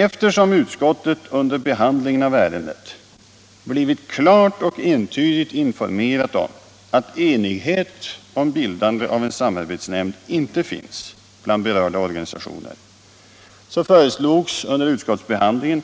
Eftersom utskottet under behandlingen av ärendet blivit klart och en tydigt informerat om att enighet om bildande av en samarbetsnämnd inte finns bland berörda organisationer föreslogs under utskottsbehandlingen